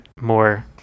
more